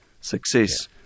success